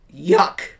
Yuck